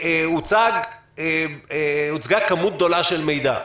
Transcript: הוצגה כמות גדולה של מידע.